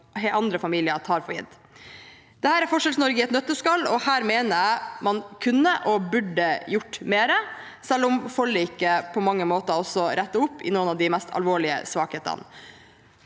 som andre familier tar for gitt. Dette er Forskjells-Norge i et nøtteskall, og her mener jeg man kunne og burde gjort mer, selv om forliket på mange måter også retter opp i noen av de mest alvorlige svakhetene.